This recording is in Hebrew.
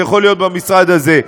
זה יכול להיות במשרד הזה.